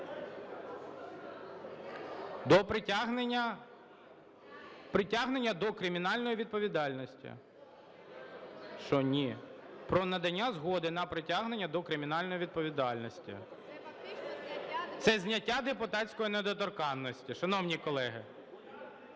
притягнення до кримінальної відповідальності. ( Шум у залі) Що "ні"? Про надання згоди на притягнення до кримінальної відповідальності. Це зняття депутатської недоторканності, шановні колеги.